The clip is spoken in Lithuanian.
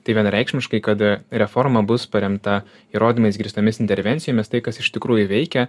tai vienareikšmiškai kad reforma bus paremta įrodymais grįstomis intervencijomis tai kas iš tikrųjų veikia